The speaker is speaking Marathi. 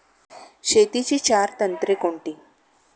शेतीची चार तंत्रे कोणती?